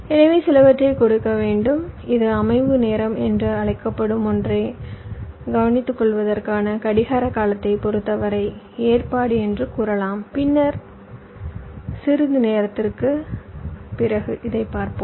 எனவே சிலவற்றைக் கொடுக்க வேண்டும் இது அமைவு நேரம் என்று அழைக்கப்படும் ஒன்றைக் கவனித்துக்கொள்வதற்கான கடிகார காலத்தைப் பொறுத்தவரை ஏற்பாடு என்று கூறலாம் இதை பின்னர் சிறிது நேரத்துக்கு பிறகு பார்ப்போம்